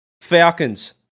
Falcons